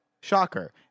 Shocker